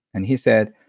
and he said,